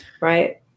right